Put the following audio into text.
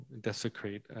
desecrate